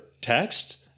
text